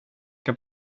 ska